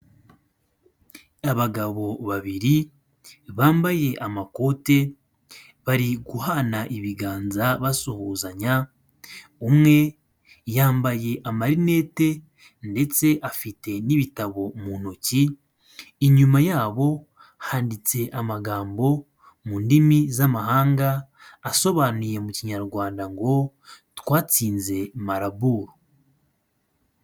Abagabo babiri bambaye amakote bari guhana ibiganza basuhuzanya umwe yambaye amarinete ndetse afite n'ibitabo mu ntoki, inyuma yabo handitse amagambo mu ndimi z'amahanga asobanuye mu kinyarwanda ngo twatsinze mariburu.